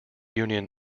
union